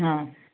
ହଁ